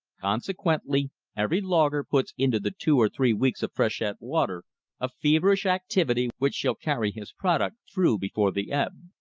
consequently every logger puts into the two or three weeks of freshet water a feverish activity which shall carry his product through before the ebb.